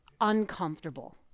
uncomfortable